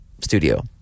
studio